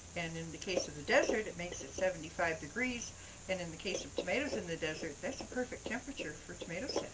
and in the case of the desert, it makes it seventy five degrees and in the case of tomatoes in the desert and that's the perfect temperature for tomatoes,